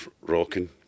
rocking